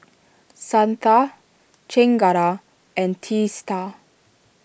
Santha Chengara and Teesta